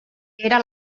era